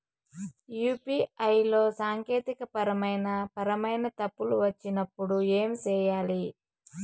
UPI లో సాంకేతికపరమైన పరమైన తప్పులు వచ్చినప్పుడు ఏమి సేయాలి